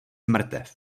mrtev